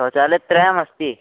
शौचालयाः त्रयमस्ति